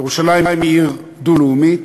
ירושלים היא עיר דו-לאומית,